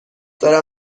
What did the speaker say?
دارم